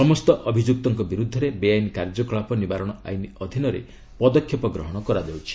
ସମସ୍ତ ଅଭିଯୁକ୍ତଙ୍କ ବିରୁଦ୍ଧରେ ବେଆଇନ କାର୍ଯ୍ୟକଳାପ ନିବାରଣ ଆଇନ ଅଧୀନରେ ପଦକ୍ଷେପ ଗ୍ରହଣ କରାଯାଉଛି